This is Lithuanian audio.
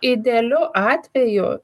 idealiu atveju